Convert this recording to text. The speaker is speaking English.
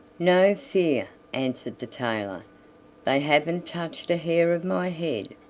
no fear, answered the tailor they haven't touched a hair of my head.